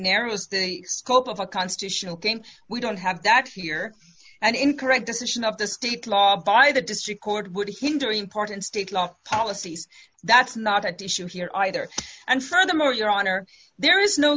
narrows the scope of a constitutional came we don't have that here an incorrect decision of the state law by the district court would hinder important state law policies that's not at issue here either and furthermore your honor there is no